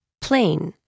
plain